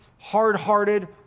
hard-hearted